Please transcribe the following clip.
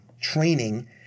training